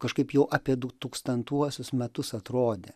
kažkaip jau apie du tūkstantuosius metus atrodė